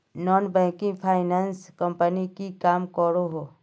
Non banking finance company की काम करोहो?